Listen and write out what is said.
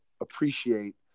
appreciate